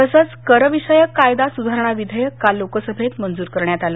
तसच करविषयक कायदा सुधारणा विधेयक काल लोकसभेत मंजूर करण्यात आलं